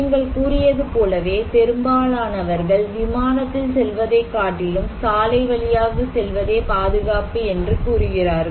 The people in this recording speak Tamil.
நீங்கள் கூறியது போலவே பெரும்பாலனவர்கள் விமானத்தில் செல்வதைக் காட்டிலும் சாலை வழியாக செல்வதே பாதுகாப்பு என்று கருதுகிறார்கள்